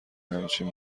همچین